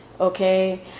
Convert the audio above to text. okay